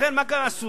לכן, מה עשו?